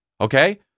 okay